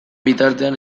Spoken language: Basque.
bitartean